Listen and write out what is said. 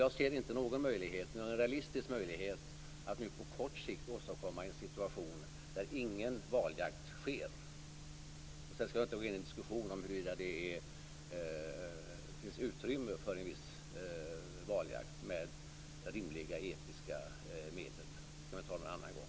Jag ser inte någon realistisk möjlighet att på kort sikt åstadkomma en situation där ingen valjakt sker. Jag skall inte gå in i en diskussion om huruvida det ges utrymme för en viss valjakt med rimliga etiska medel. Det kan vi ta någon annan gång.